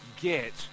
Get